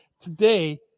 today